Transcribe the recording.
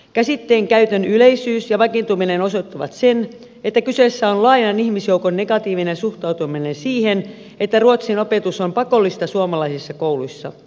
käsitteen käytön yleisyys ja vakiintuminen osoittavat sen että kyseessä on laajan ihmisjoukon negatiivinen suhtautuminen siihen että ruotsin opetus on pakollista suomalaisissa kouluissa